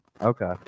Okay